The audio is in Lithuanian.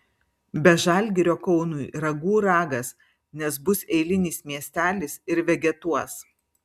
be žalgirio kaunui ragų ragas nes bus eilinis miestelis ir vegetuos